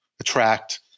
attract